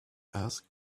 asked